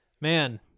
man –